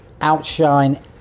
outshine